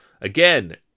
Again